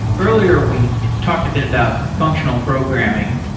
earlier, we talked a bit about functional programming,